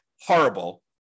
horrible